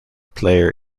player